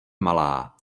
malá